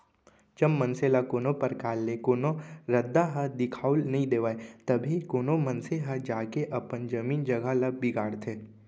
जब मनसे ल कोनो परकार ले कोनो रद्दा ह दिखाउल नइ देवय तभे कोनो मनसे ह जाके अपन जमीन जघा ल बिगाड़थे